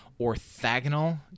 orthogonal